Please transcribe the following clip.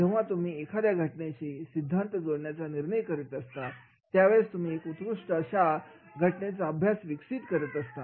जेव्हा तुम्ही एखाद्या घटनेशी सिद्धान्त जोडण्याचा निर्णय करीत असता त्यावेळेस तुम्ही एक उत्कृष्ट अशा घटनेचा अभ्यास विकसित करू शकता